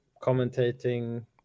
commentating